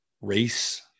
race